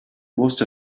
most